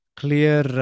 clear